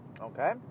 Okay